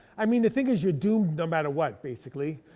i mean the thing is you do no matter what, basically.